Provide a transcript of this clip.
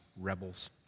rebels